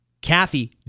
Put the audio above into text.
Kathy